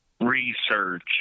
research